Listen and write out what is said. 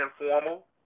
informal